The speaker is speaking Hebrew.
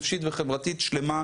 נפשית וחברתית שלמה,